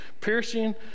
piercing